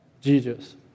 Jesus